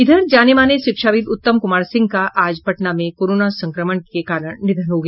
इधर जाने माने शिक्षाविद उत्तम कुमार सिंह का आज पटना में कोरोना संक्रमण के कारण निधन हो गया